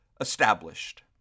established